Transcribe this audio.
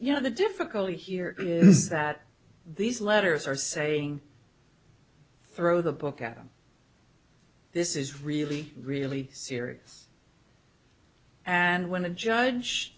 know the difficulty here is that these letters are saying throw the book out this is really really serious and when a judge